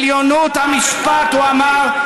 "עליונות המשפט" הוא אמר,